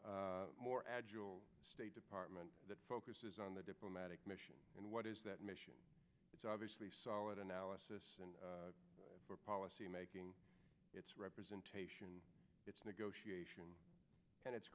more agile state department that focuses on the diplomatic mission and what is that mission is obviously solid analysis or policy making it's representation it's negotiation and it's